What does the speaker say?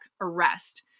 arrest